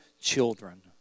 children